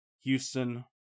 Houston